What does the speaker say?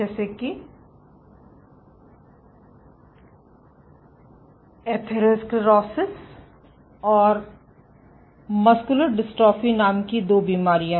जैसे कि एथेरोस्क्लेरोसिस और मस्कुलर डिस्ट्रॉफी नाम की दो बीमारियाँ